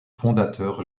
fondateur